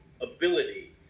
ability